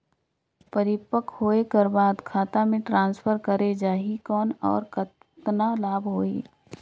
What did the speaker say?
परिपक्व होय कर बाद खाता मे ट्रांसफर करे जा ही कौन और कतना लाभ होही?